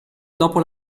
dopo